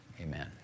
Amen